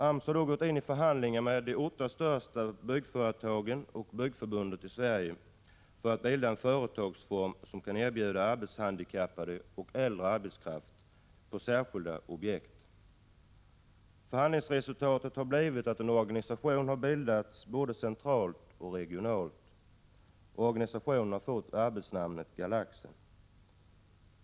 AMS har gått in i förhandlingar med de åtta största byggföretagen i Sverige och Byggförbundet för att bilda en företagsform, som kan erbjuda arbetshandikappade och äldre arbetskraft arbete på särskilda objekt. Förhandlingsresultatet har blivit att en organisation skall bildas både centralt och regionalt. Organisationen har fått arbetsnamnet Galaxen.